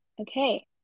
Okay